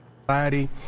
Society